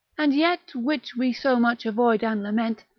and yet, which we so much avoid and lament,